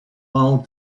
all